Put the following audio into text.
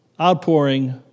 outpouring